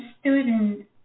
student